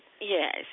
yes